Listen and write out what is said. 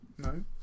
No